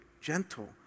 gentle